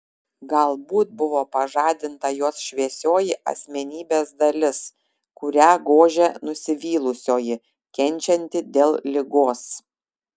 galbūt buvo pažadinta jos šviesioji asmenybės dalis kurią gožė nusivylusioji kenčianti dėl ligos